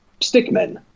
stickmen